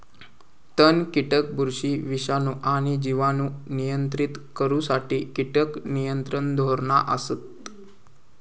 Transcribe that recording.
तण, कीटक, बुरशी, विषाणू आणि जिवाणू नियंत्रित करुसाठी कीटक नियंत्रण धोरणा असत